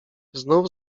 znów